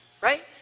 Right